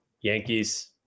Yankees